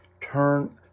turn